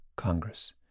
Congress